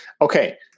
okay